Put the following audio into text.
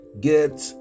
get